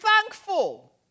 thankful